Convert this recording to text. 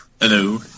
Hello